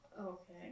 Okay